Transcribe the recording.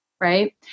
right